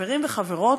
חברים וחברות,